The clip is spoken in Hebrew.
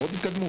בואו תתקדמו.